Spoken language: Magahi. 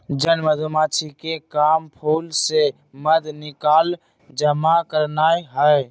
जन मधूमाछिके काम फूल से मध निकाल जमा करनाए हइ